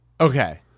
Okay